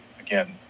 Again